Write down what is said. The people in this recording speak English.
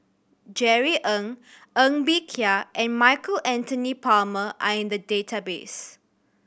Jerry Ng Ng Bee Kia and Michael Anthony Palmer are in the database